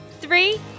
three